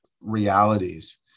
realities